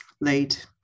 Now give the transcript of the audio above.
late